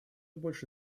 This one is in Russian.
больше